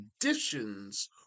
conditions